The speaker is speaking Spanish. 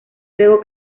luego